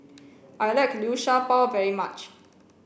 I like Liu Sha Bao very much